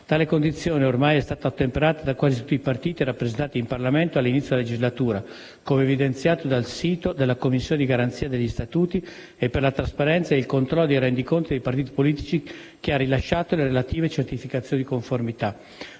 Tale condizione ormai è stata ottemperata da quasi tutti i partiti rappresentati in Parlamento all'inizio della legislatura (come evidenziato dal sito della Commissione di garanzia degli statuti e per la trasparenza e il controllo dei rendiconti dei partiti politici, che ha rilasciato le relative certificazioni di conformità),